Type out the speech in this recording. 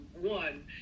one